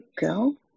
go